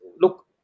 Look